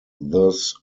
thus